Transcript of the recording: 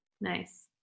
Nice